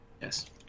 Yes